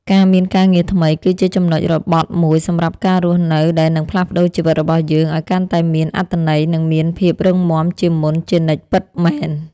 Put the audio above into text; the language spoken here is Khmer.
ការមានការងារថ្មីគឺជាចំណុចរបត់មួយសម្រាប់ការរស់នៅដែលនឹងផ្លាស់ប្តូរជីវិតរបស់យើងឱ្យកាន់តែមានអត្ថន័យនិងមានភាពរឹងមាំជាងមុនជានិច្ចពិតមែន។